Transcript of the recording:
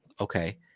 okay